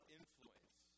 influence